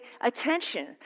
attention